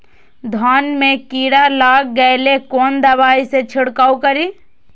धान में कीरा लाग गेलेय कोन दवाई से छीरकाउ करी?